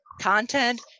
content